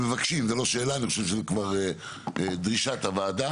זאת לא שאלה אלא אני חושב שזאת דרישת הוועדה.